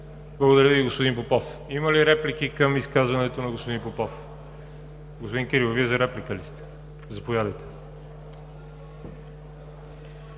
Благодаря Ви, господин Попов. Има ли реплики към изказването на господин Попов? Господин Кирилов, заповядайте